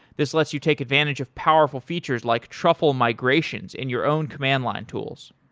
this lets you take advantage of powerful features, like truffle migrations in your own command line tools.